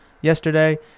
yesterday